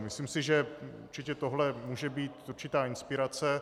Myslím si, že určitě tohle může být určitá inspirace.